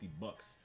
bucks